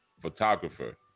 Photographer